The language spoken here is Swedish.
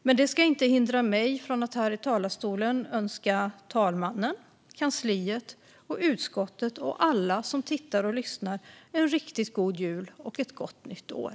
Men det ska inte hindra mig från att här i talarstolen önska talmannen, kansliet, utskottet och alla som tittar och lyssnar en riktigt god jul och ett gott nytt år.